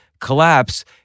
collapse